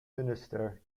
minister